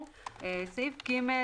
סעיף קטן (ג)